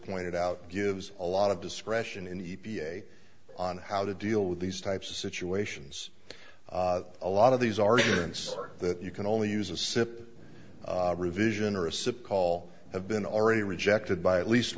pointed out gives a lot of discretion in e p a on how to deal with these types of situations a lot of these arguments that you can only use a sip revision or a sip coffee have been already rejected by at least